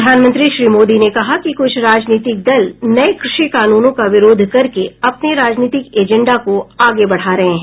प्रधानमंत्री श्री मोदी ने कहा कि कुछ राजनीतिक दल नये कृषि कानूनों का विरोध करके अपने राजनीतिक एजेंडा को आगे बढ़ा रहे हैं